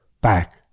back